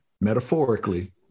metaphorically